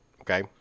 okay